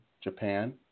Japan